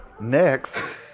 next